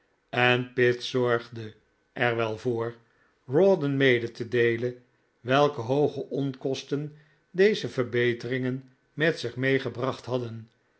en pitt zorgde er wel voor rawdon mede te deelen welke hooge onkosten deze verbeteringen met zich mee gebracht hadden